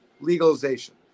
legalization